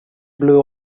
blew